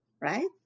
right